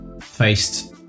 faced